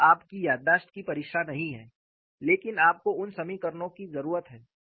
यह आपकी याददाश्त की परीक्षा नहीं है लेकिन आपको उन समीकरणों की जरूरत है